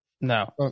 No